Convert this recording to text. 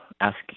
asking